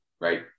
right